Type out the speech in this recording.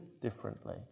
differently